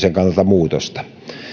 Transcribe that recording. muutosta